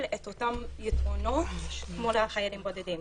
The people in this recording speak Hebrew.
את אותם יתרונות כמו לחיילים בודדים.